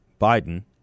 Biden